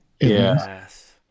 yes